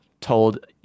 told